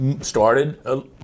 started